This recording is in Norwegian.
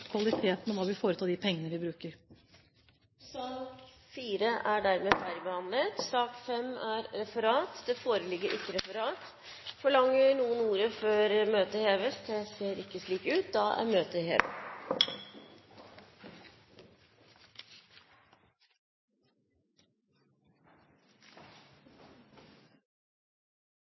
kvaliteten og hva vi får ut av de pengene vi bruker. Sak nr. 4 er dermed ferdigbehandlet. Det foreligger ikke referat. Forlanger noen ordet før møtet heves? – Møtet er hevet.